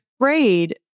afraid